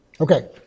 Okay